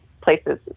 places